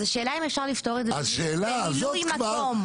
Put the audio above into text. אז השאלה אם אפשר לפתור את זה במילוי מקום.